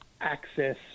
access